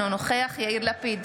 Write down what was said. אינו נוכח יאיר לפיד,